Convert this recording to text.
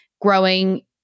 growing